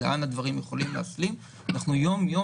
עד לאן הדברים יכולים להסלים אנחנו יום-יום